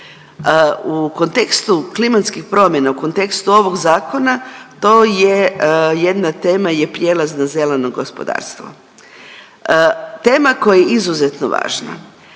U kontekstu klimatskih promjena, u kontekstu ovog zakona to je jedna tema je prijelaz na zeleno gospodarstvo. Tema koja je izuzetno važna